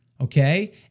okay